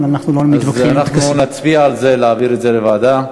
אז אנחנו נצביע, להעביר את זה לוועדה.